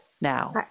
now